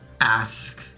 ask